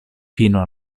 fino